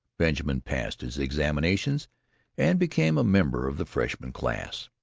benjamin passed his examination and became a member of the freshman class.